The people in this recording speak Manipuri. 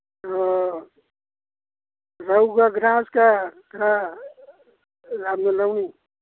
ꯑ ꯔꯧꯒ ꯒ꯭ꯔꯥꯁꯀ ꯈꯔ ꯌꯥꯝꯅ ꯂꯧꯅꯤ